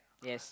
yes